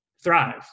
thrive